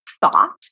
thought